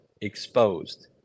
exposed